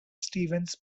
stevens